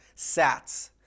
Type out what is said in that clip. sats